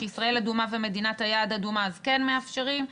כשישראל אדומה ומדינת היעד אדומה אז כן מאפשרים,